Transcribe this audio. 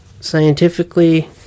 scientifically